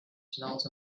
smelt